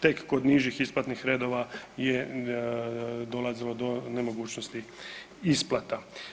Tek kod nižih isplatnih redova je dolazilo do nemogućnosti isplata.